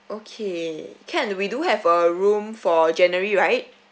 okay can we do have a room for january right